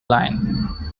line